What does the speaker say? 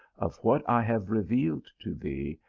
of what i have revealed to thee,